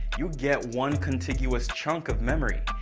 you get one contiguous chunk of memory.